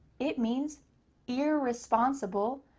it means irresponsible,